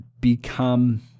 become